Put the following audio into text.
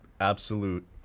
absolute